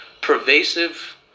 pervasive